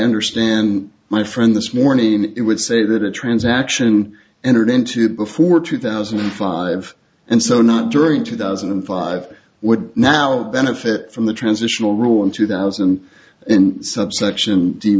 understand my friend this morning it would say that a transaction entered into before two thousand and five and so not during two thousand and five would now benefit from the transitional rule in two thousand and subsection d